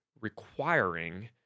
requiring